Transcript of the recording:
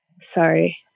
sorry